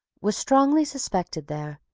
were strongly suspected there,